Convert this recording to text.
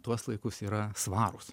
tuos laikus yra svarūs